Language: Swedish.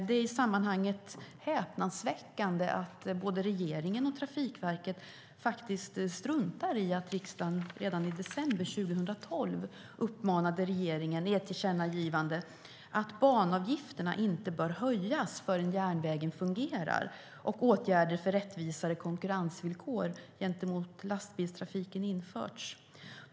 Det är i sammanhanget häpnadsväckande att både regeringen och Trafikverket struntar i att riksdagen redan i december 2012 i ett tillkännagivande uppmanade regeringen att inte höja banavgifterna förrän järnvägen fungerar och åtgärder för rättvisare konkurrensvillkor gentemot lastbilstrafiken har vidtagits.